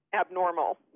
abnormal